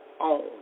own